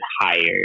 higher